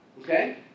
Okay